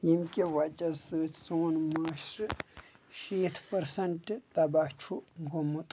ییٚمۍ کہِ وَجہ سۭتۍ سون مُعاشرٕ شیٖتھ پٔرسَنٛٹ تَباہ چھُ گوٚمُت